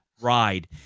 ride